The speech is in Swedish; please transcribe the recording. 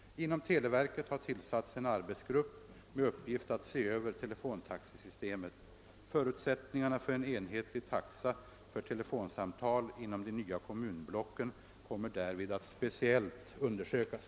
Inom televerket har tillsatts en arsetsgrupp med uppgift att se över telefontaxesystemet. Förutsättningarna för en enhetlig taxa för telefonsamtal inom de nya kommunblocken kommer därvid att speciellt undersökas.